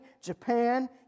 Japan